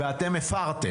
אתם הפרתם.